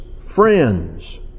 friends